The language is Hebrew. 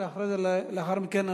ולאחר מכן,